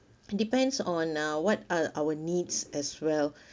depends on uh what are our needs as well